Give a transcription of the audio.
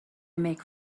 make